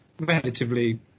relatively